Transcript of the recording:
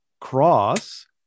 cross